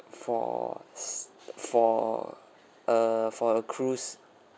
for s~ for err for a cruise